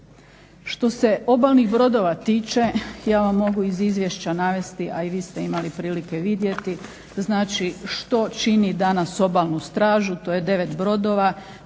Što se obalnih brodova tiče ja vam mogu iz Izvješća navesti, a i vi ste imali prilike vidjeti znači što čini danas obalnu stražu, to je 9 brodova,